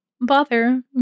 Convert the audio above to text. bother